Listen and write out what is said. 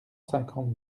cinquante